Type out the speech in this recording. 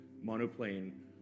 monoplane